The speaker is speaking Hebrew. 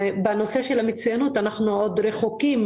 בנושא של המצוינות אנחנו עוד רחוקים